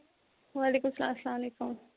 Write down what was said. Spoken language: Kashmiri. وعلیکُم سلام اسلام علیکُم